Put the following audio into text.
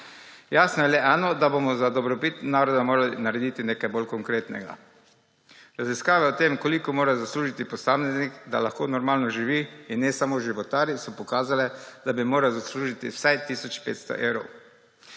Jasno je le eno, da bomo za dobrobit naroda morali narediti nekaj bolj konkretnega. Raziskave o tem, koliko mora zaslužiti posameznik, da lahko normalno živi in ne samo životari, so pokazale, da bi moral zaslužiti vsaj tisoč 500 evrov.